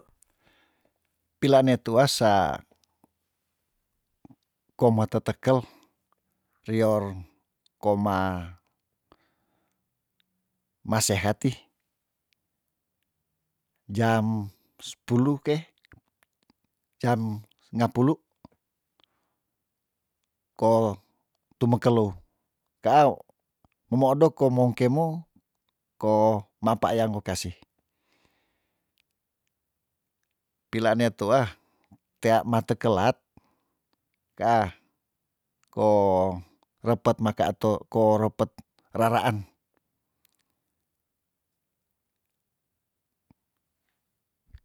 Pila ne tuah sa kome tetekel rior koma maseheti jam spuluh ke jam ngapulu ko tumekelou kaa lumoodok komong kemo ko mapaayang wekasih peilaan nei tuah tea matekelat kaah ko repet make ato ko repet raraen